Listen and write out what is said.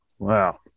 Wow